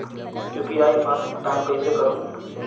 UPI मा भुगतान कइसे करहूं?